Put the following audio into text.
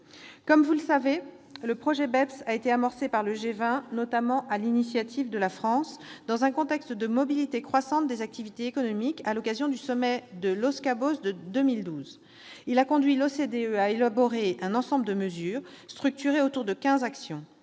Comme vous le savez, le projet BEPS a été amorcé par le G20, notamment sur l'initiative de la France, dans un contexte de mobilité croissante des activités économiques, à l'occasion du sommet de Los Cabos de 2012. Il a conduit l'OCDE à élaborer un ensemble de mesures structurées autour de quinze actions.